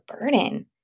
burden